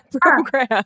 program